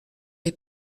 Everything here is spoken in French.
les